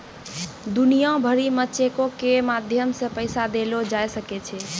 दुनिया भरि मे चेको के माध्यम से पैसा देलो जाय सकै छै